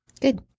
good